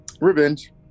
Revenge